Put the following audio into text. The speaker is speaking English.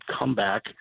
comeback